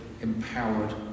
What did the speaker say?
empowered